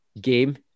game